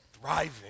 thriving